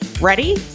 Ready